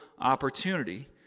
opportunity